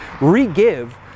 re-give